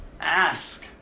Ask